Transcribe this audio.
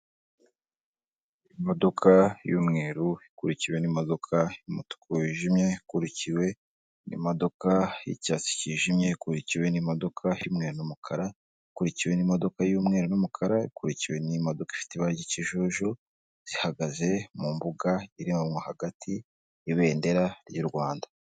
Imodoka y'umweru ikurikiwe n'imodoka y'umutuku wijimye, ikurikiwe n'imodoka y'icyatsi cyijimye, ikurikiwe n'imodoka y'umweru n'umukara, ikurikiwe n'imodoka y'umweru n'umukara, ikurikiwe n'imodoka ifite iba ry'ikijuju zihagaze mu mbuga hino yaho hagati hari ibendera ry' u Rwanda.